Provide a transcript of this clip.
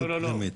פנימית.